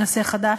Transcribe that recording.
נעשה חדש,